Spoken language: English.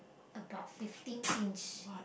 about fifteen inch